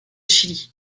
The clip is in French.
chili